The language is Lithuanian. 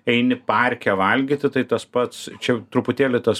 eini parke valgyti tai tas pats čia truputėlį tas